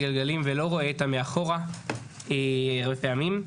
הגלגלים ולא רואה מאחור הרבה פעמים.